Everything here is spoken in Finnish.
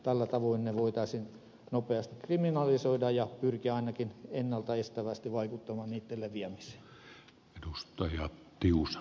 tällä tavoin ne voitaisiin nopeasti kriminalisoida ja pyrkiä ainakin ennalta estävästi vaikuttamaan niitten leviämiseen